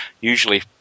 usually